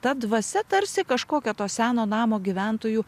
ta dvasia tarsi kažkokia to seno namo gyventojų